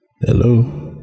hello